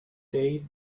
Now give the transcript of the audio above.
day